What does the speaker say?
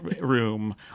room